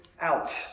out